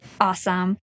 Awesome